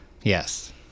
Yes